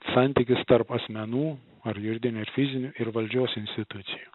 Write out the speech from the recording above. santykis tarp asmenų ar juridinių ar fizinių ir valdžios institucijų